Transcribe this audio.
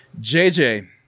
JJ